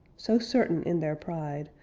so certain in their pride,